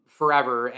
forever